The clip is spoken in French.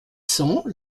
cents